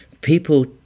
people